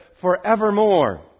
forevermore